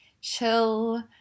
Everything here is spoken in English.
chill